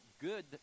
good